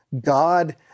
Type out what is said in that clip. God